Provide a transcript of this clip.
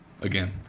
again